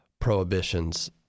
prohibitions